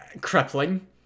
Crippling